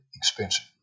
expensive